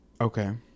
Okay